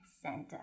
center